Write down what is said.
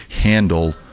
handle